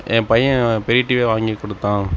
என் பையன் பெரிய டிவியாக வாங்கிக் கொடுத்தான்